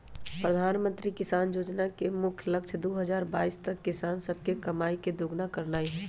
प्रधानमंत्री किसान जोजना के मुख्य लक्ष्य दू हजार बाइस तक किसान सभके कमाइ के दुगुन्ना करनाइ हइ